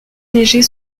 légers